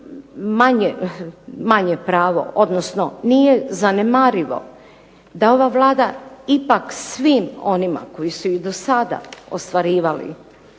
manje pravo, odnosno nije zanemarivo da ova Vlada ipak svim onima koji su i do sada ostvarivali